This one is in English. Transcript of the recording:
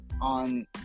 on